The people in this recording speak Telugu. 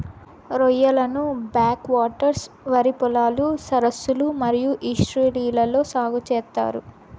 రొయ్యలను బ్యాక్ వాటర్స్, వరి పొలాలు, సరస్సులు మరియు ఈస్ట్యూరీలలో సాగు చేత్తారు